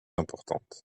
importantes